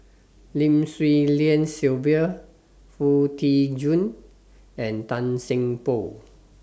Lim Swee Lian Sylvia Foo Tee Jun and Tan Seng Poh